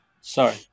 Sorry